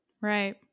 Right